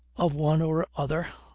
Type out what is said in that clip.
of one or other,